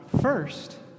first